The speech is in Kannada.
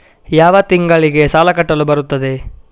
ಯಾವ ತಿಂಗಳಿಗೆ ಸಾಲ ಕಟ್ಟಲು ಬರುತ್ತದೆ?